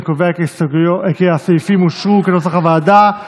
אני קובע כי הסעיפים אושרו כנוסח הוועדה.